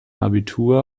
abitur